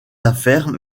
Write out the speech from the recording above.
affaires